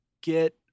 get